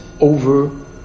over